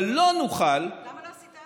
אבל לא נוכל, למה לא עשית עד עכשיו?